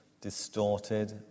distorted